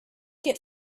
get